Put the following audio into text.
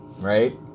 right